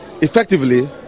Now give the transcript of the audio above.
effectively